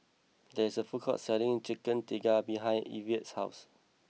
there is a food court selling Chicken Tikka behind Ivette's house